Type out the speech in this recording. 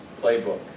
playbook